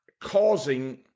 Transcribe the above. causing